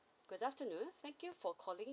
good afternoon thank you for calling